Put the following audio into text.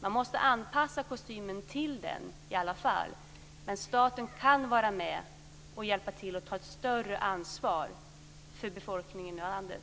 De måste anpassa kostymen till den, men staten kan vara med och hjälpa till och ta ett större ansvar för befolkningen i landet.